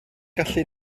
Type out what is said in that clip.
gallu